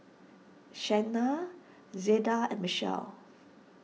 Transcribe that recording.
Shena Zelda and Mitchell